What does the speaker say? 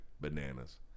Bananas